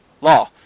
law